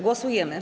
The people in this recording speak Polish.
Głosujemy.